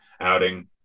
outing